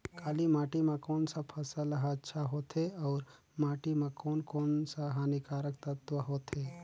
काली माटी मां कोन सा फसल ह अच्छा होथे अउर माटी म कोन कोन स हानिकारक तत्व होथे?